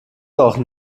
doch